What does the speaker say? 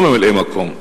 לא ממלאי-מקום,